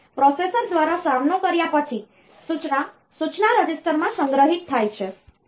તેથી પ્રોસેસર દ્વારા સામનો કર્યા પછી સૂચના સૂચના રજિસ્ટરમાં સંગ્રહિત થાય છે